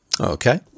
Okay